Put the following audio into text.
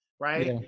Right